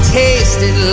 tasted